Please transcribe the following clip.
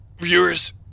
viewers